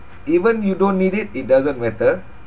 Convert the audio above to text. even you don't need it it doesn't matter